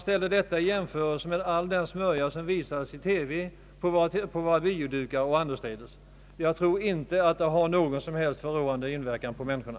Ställ detta i jämförelse med all den smörja som visas i TV, på våra biodukar och annorstädes. Jag tror inte att boxningen har någon som helst förråande inverkan på människorna.